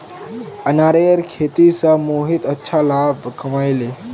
अनारेर खेती स मोहित अच्छा लाभ कमइ ले